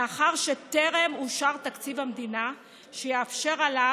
מאחר שטרם אושר תקציב מדינה שיאפשר העלאה